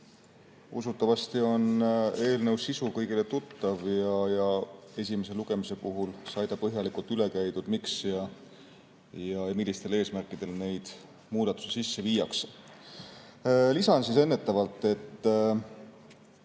Usutavasti on eelnõu sisu kõigile tuttav. Esimese lugemise puhul sai põhjalikult üle käidud, miks ja millistel eesmärkidel neid muudatusi sisse viiakse. Lisan ennetavalt, et